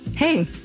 Hey